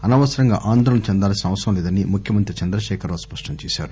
అనవసరంగా ఆందోళన చెందాల్సిన అవసరంలేదని ముఖ్యమంత్రి కే చంద్రశేఖర్రావు స్పష్టం చేశారు